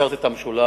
הזכרת את המשולש,